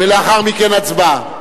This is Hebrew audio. ולאחר מכן הצבעה.